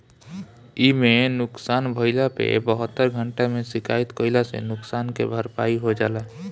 इमे नुकसान भइला पे बहत्तर घंटा में शिकायत कईला से नुकसान के भरपाई हो जाला